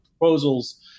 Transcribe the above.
proposals